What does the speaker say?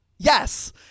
Yes